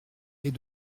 est